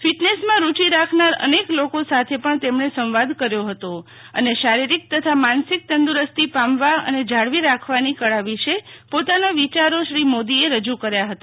ફીટનેશમાં રુચી રાખનાર અનેક લોકો સાથે પણ તેમણે સંવાદ કર્યો હતો અને શારીરિક તથા માનસિક તંદુરસ્તો પામવા અને જાળવણી રાખવાની કળા વિશે પોતાના વિચારો શ્રી મોદીએ રજુ કર્યા હતા